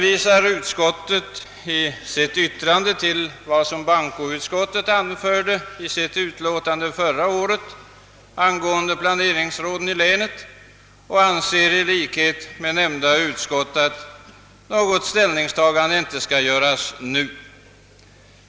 Utskottet hänvisar i sitt yttrande till vad bankoutskottet anförde i sitt utlåtande förra året angående planeringsråden i länen och anser i likhet med nämnda utskott att något ställningstagande inte skall göras nu.